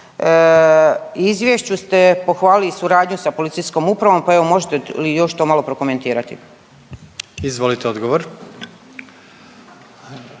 izvješću ste pohvalili i suradnju sa policijskom upravo, pa evo možete li još to malo prokomentirati. **Jandroković,